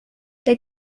they